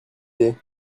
est